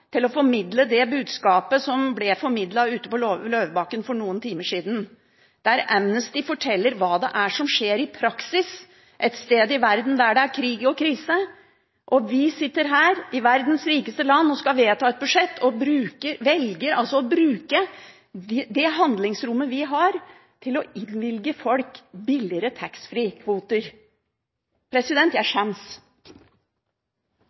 til å formidle det budskapet som ble formidlet ute på Løvebakken for noen timer siden, der Amnesty fortalte hva som skjer i praksis et sted i verden der det er krig og krise, mens vi sitter her i verdens rikeste land og skal vedta et budsjett og altså velger å bruke det handlingsrommet vi har, til å innvilge folk billigere taxfree-kvoter. Jeg